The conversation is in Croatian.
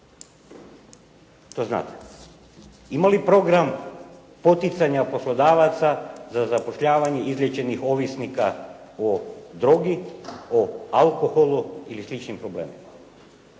to znate, ima li program poticanja poslodavaca za zapošljavanje izliječenih ovisnika o drogi o alkoholu ili sličnim problemima.